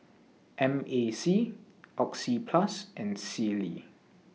M A C Oxyplus and Sealy